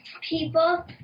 people